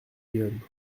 yon